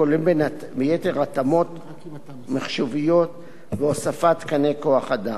הכולל בין היתר התאמות מחשוביות והוספת תקני כוח-אדם.